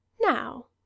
Now